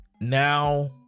Now